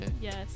Yes